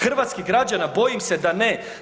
Hrvatskih građana bojim se da ne.